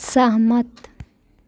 सहमत